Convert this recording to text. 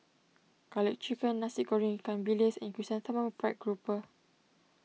Garlic Chicken Nasi Goreng Ikan Bilis and Chrysanthemum Fried Grouper